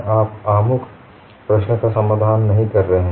आप आमुख प्रश्न का समाधान नहीं कर रहे हैं